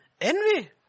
envy